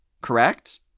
Correct